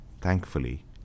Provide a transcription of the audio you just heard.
thankfully